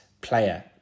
player